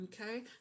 Okay